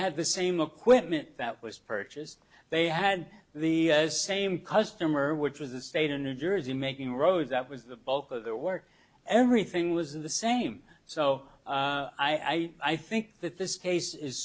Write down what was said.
had the same acquit mint that was purchased they had the same customer which was the state in new jersey making roads that was the bulk of their work everything was the same so i i think that this case is